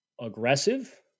aggressive